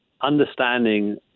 understanding